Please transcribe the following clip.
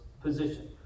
Position